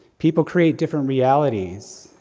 people create different realities,